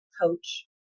coach